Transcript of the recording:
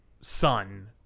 son